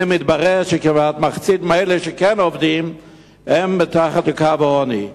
והנה התברר שמחצית מאלה שכן עובדים הם מתחת לקו העוני.